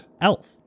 elf